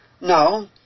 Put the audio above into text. No